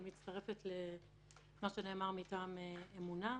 אני מצטרפת למה שנאמר מטעם "אמונה".